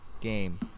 game